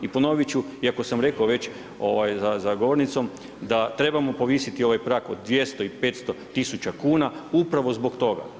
I ponovit ću, iako sam rekao već za govornicom, da trebamo povisiti ovaj prag od 200 i 500 tisuća kuna upravo zbog toga.